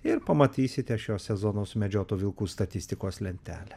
ir pamatysite šio sezono sumedžiotų vilkų statistikos lentelę